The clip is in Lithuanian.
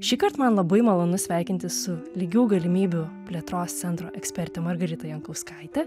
šįkart man labai malonu sveikinti su lygių galimybių plėtros centro eksperte margarita jankauskaite